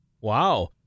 wow